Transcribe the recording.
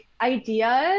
ideas